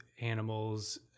animals